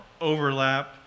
overlap